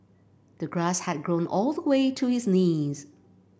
the grass had grown all the way to his knees